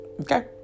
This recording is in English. okay